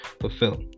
fulfill